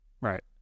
Right